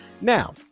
now